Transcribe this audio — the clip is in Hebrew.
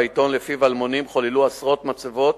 ביום ו' בטבת התש"ע (23 בדצמבר 2009): עשרות מצבות